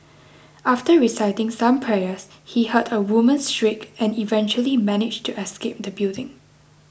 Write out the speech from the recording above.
after reciting some prayers he heard a woman's shriek and eventually managed to escape the building